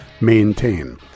maintain